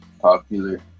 popular